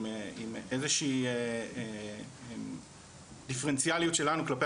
עם איזושהי דיפרנציאליות שלנו כלפי